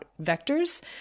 vectors